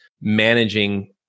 managing